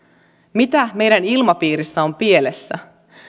mitä meidän ilmapiirissä on pielessä